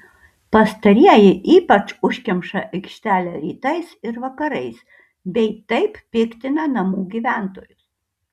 pastarieji ypač užkemša aikštelę rytais ir vakarais bei taip piktina namų gyventojus